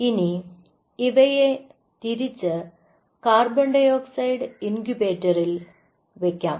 ഇനി ഇവയെ തിരിച്ച് CO2 ഇൻകുബേറ്ററിൽ വെക്കാം